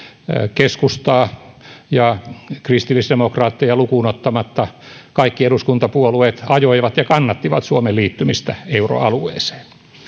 keskustaa ja kristillisdemokraatteja lukuun ottamatta kaikki eduskuntapuolueet ajoivat ja kannattivat suomen liittymistä euroalueeseen